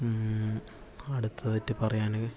അടുത്തതായിട്ട് പറയാന്